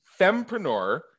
fempreneur